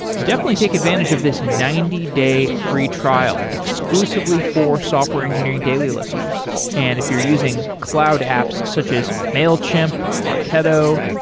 definitely take advantage of this ninety day free trial exclusively for software engineering daily listeners and if you're using cloud apps such as mailchimp, marketo,